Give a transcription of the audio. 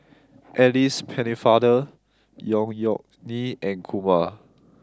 Alice Pennefather Yeok Nee and Kumar